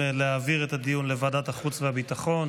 להעביר את הדיון לוועדת החוץ והביטחון.